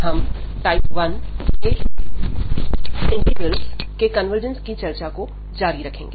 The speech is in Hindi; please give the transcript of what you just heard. हम टाइप 1 इंटीग्रल्स के कन्वर्जेन्स की चर्चा को जारी रखेंगे